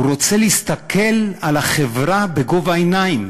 הא רוצה להסתכל על החברה בגובה העיניים,